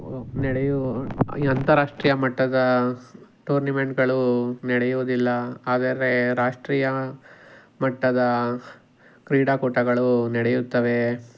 ನಡೆಯುವ ಈ ಅಂತಾರಾಷ್ಟ್ರೀಯ ಮಟ್ಟದ ಟೂರ್ನಿಮೆಂಟ್ಗಳು ನಡೆಯೋದಿಲ್ಲ ಹಾಗಾದ್ರೆ ರಾಷ್ಟೀಯ ಮಟ್ಟದ ಕ್ರೀಡಾಕೂಟಗಳು ನಡೆಯುತ್ತವೆ